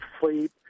sleep